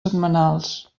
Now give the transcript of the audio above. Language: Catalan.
setmanals